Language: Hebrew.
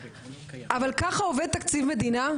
אבל ככה עובד תקציב מדינה?